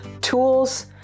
tools